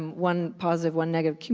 one positive, one negative,